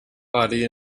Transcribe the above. body